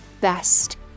best